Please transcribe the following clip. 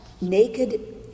naked